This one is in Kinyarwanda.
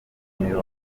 mirongo